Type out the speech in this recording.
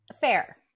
Fair